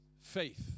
faith